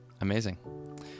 amazing